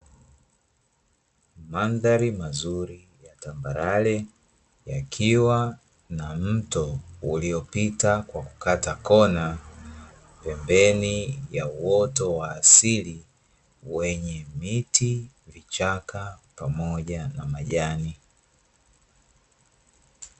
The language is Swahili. Mandhari mazuri ya tambalale yakiwa na mto uliopita kwa kukata kona pembeni ya uoto wa asili wenye miti, vichaka, pamoja na majani.